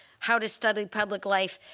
how to study public life,